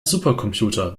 supercomputer